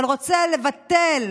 אבל רוצה לבטל